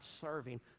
serving